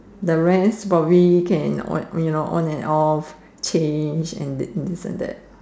the rest probably can on you know on and off change this and that